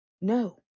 No